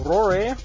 Rory